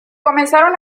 comenzaron